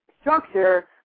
structure